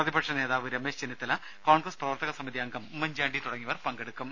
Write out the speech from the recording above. പ്രതിപക്ഷ നേതാവ് രമേശ് ചെന്നിത്തല കോൺഗ്രസ് പ്രവർത്തക സമിതി അംഗം ഉമ്മൻചാണ്ടി തുടങ്ങിയവർ പങ്കെടുക്കും